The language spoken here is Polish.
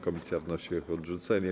Komisja wnosi o ich odrzucenie.